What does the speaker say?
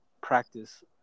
practice